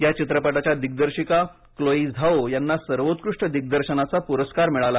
या चित्रपटाच्या दिग्दर्शिका क्लोइ झाओ यांनी सर्वोत्कृष्ट दिग्दर्शनाचा प्रस्कार पटकावला